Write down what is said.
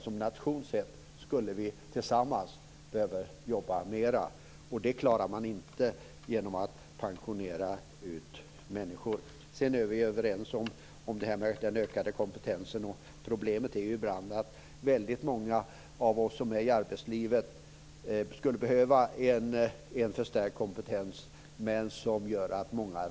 Som nation skulle vi tillsammans behöva jobba mer, och det klarar man inte genom att pensionera ut människor. Sedan är vi överens om det här med den ökade kompetensen. Problemet är ibland att väldigt många av oss som är i arbetslivet skulle behöva en förstärkt kompetens men ryggar för det.